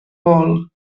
vol